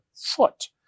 foot